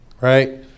right